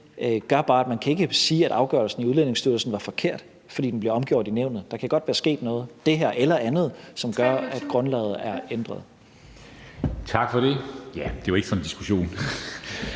Det gør bare ikke, at man kan sige, at afgørelsen Udlændingestyrelsen er forkert, fordi den blev omgjort i nævnet. Der kan godt være sket noget – enten det her eller noget andet – som gør, at grundlaget er ændret. Kl. 13:34 Formanden (Henrik